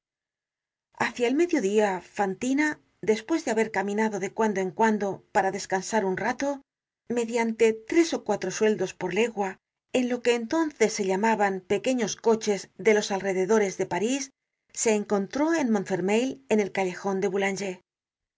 hacia el medio dia fantina despues de haber caminado de cuando en cuando para descansar un rato mediante tres ó cuatro sueldos por legua en lo que entonces se llamaban pequeños coches de los alrededores de parís se encontró en montfermeil en el callejon del